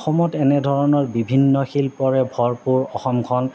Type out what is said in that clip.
অসমত এনেধৰণৰ বিভিন্ন শিল্পৰে ভৰপূৰ অসমখন